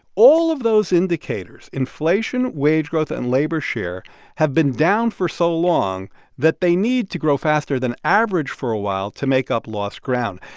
all of those indicators inflation, wage growth and labor share have been down for so long that they need to grow faster than average for a while to make up lost ground.